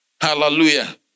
Hallelujah